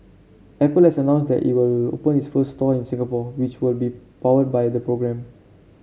Apple has announced that it will open its first store in Singapore which will be powered by the program